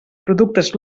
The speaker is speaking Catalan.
productes